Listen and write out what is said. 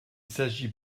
s’agit